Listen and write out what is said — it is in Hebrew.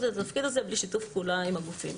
את התפקיד הזה בלי שיתוף פעולה עם הגופים.